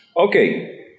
Okay